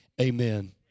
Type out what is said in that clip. Amen